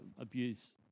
abuse